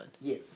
Yes